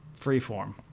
freeform